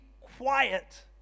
quiet